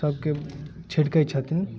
सभके छिड़के छथिन